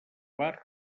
bar